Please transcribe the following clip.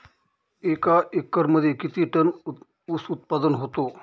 एका एकरमध्ये किती टन ऊस उत्पादन होतो?